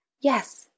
yes